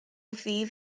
ddydd